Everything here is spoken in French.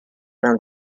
vingt